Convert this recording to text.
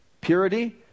purity